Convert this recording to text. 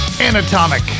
Anatomic